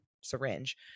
syringe